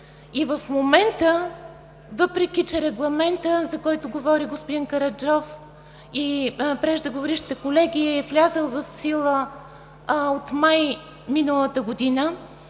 И в момента, въпреки че регламентът, за който говори господин Караджов и преждеговорившите колеги, е влязъл в сила от месец май миналата година